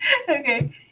Okay